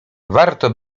warto